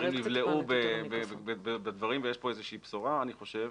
הדברים נבלעו בדברים ויש פה איזו בשורה, אני חושב,